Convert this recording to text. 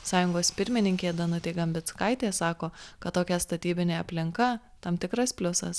sąjungos pirmininkė danutė gambickaitė sako kad tokia statybinė aplinka tam tikras pliusas